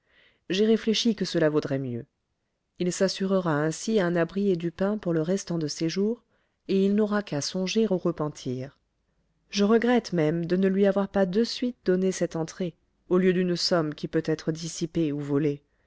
j'ai réfléchi que cela vaudrait mieux il s'assurera ainsi un abri et du pain pour le restant de ses jours et il n'aura qu'à songer au repentir je regrette même de ne lui avoir pas de suite donné cette entrée au lieu d'une somme qui peut être dissipée ou volée